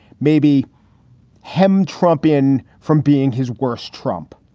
maybe hemm trump in from being his worst trump.